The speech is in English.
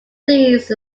these